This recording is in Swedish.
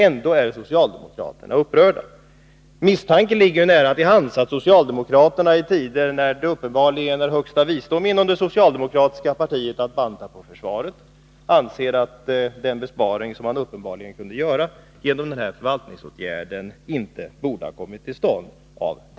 Ändå är socialdemokraterna upprörda. Misstanken ligger nära till hands att socialdemokraterna, i tider när det uppenbarligen är högsta visdom inom det socialdemokratiska partiet att banta försvaret, anser att den vinst för försvaret som man kunde göra genom den här förvaltningsåtgärden inte borde ha kommit till stånd.